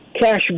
cash